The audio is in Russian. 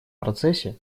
процессе